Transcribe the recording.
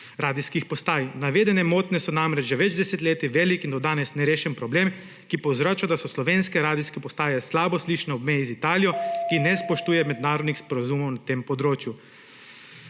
radijskih postaj. Navedene motnje so namreč že več desetletij velik in do danes nerešen problem, ki povzroča, da so slovenske radijske postaje slabo slišne ob meji z Italijo, ki ne spoštuje mednarodnih sporazumov na tem področju.